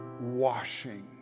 washing